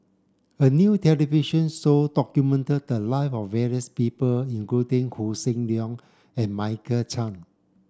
a new television show documented the live of various people including Hossan Leong and Michael Chiang